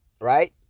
right